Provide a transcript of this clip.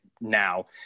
now